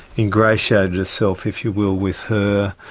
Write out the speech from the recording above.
ingratiated herself, if you will, with her,